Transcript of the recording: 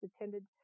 attended